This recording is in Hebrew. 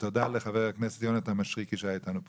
ותודה לחבר הכנסת יונתן מישרקי שהיה איתנו פה.